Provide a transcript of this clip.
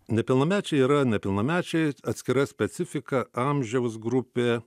nepilnamečiai yra nepilnamečiai atskira specifika amžiaus grupė